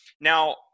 Now